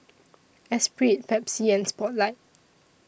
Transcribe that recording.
Espirit Pepsi and Spotlight